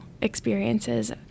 experiences